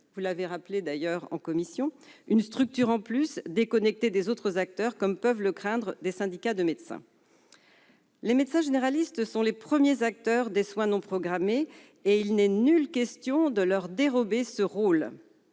cela a été rappelé en commission -, une structure en plus, déconnectée des autres acteurs, comme le craignent des syndicats de médecins. Les médecins généralistes sont les premiers acteurs des soins non programmés, et il n'est nullement question de leur dérober ce rôle.